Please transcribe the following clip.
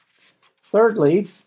Thirdly